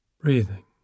breathing